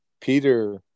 peter